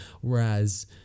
Whereas